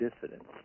dissidents